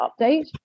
update